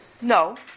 No